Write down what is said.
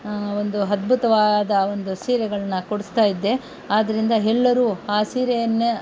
ಒಂದು ಅದ್ಭುತವಾದ ಒಂದು ಸೀರೆಗಳನ್ನ ಕೊಡಿಸ್ತಾಯಿದ್ದೆಆದ್ದರಿಂದ ಎಲ್ಲರೂ ಆ ಸೀರೆಯನ್ನು